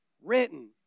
Written